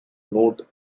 note